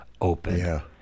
open